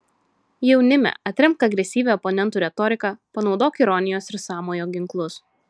jaunime atremk agresyvią oponentų retoriką panaudok ironijos ir sąmojo ginklus